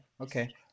Okay